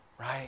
right